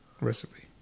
recipe